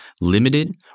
limited